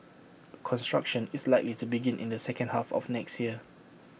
construction is likely to begin in the second half of next year